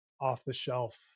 off-the-shelf